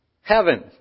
heaven